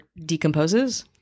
decomposes